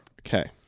Okay